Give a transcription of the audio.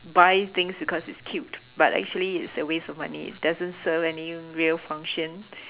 buy things because it's cute but actually it's a waste of money it doesn't serve any real function